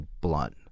blunt